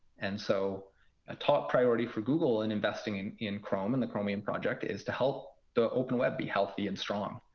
and so a top priority for google in investing in in chrome and the chromium project is to help the open web be healthy and strong.